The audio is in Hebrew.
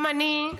גם אני,